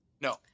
No